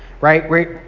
right